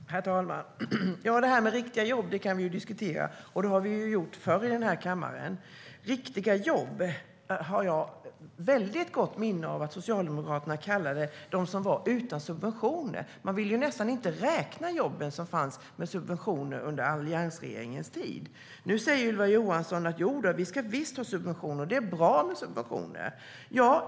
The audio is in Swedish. Herr talman! Det här med riktiga jobb kan vi diskutera, och det har vi gjort förr i den här kammaren. Riktiga jobb har jag gott minne av att Socialdemokraterna kallade de jobb som var utan subventioner. Man ville nästan inte räkna jobben som fanns med subventioner under alliansregeringens tid. Nu säger Ylva Johansson: Jodå, vi ska visst ha subventioner, och det är bra med subventioner.